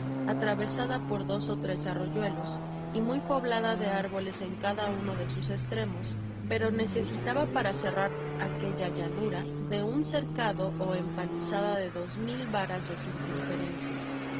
atravesada por dos ó tres arroyuelos y muy poblada de árboles en cada uno de sus estremos pero necesitaba para cerrar aquella llanura de un cercado ó empalizada de dos mil varas de circunferencia sin